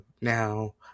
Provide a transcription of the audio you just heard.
now